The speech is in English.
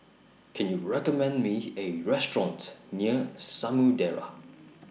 Can YOU recommend Me A Restaurant near Samudera